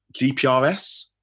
GPRS